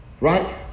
Right